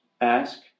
ask